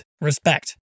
respect